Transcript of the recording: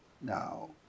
Now